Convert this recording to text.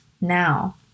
Now